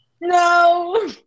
No